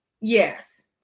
Yes